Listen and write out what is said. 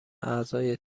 اعضای